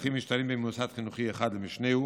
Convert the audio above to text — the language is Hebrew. הצרכים משתנים ממוסד חינוכי אחד למשנהו